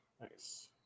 Nice